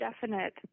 definite